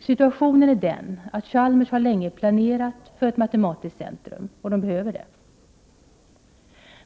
Situationen är den att Chalmers länge har planerat för ett matematiskt centrum, och högskolan behöver det,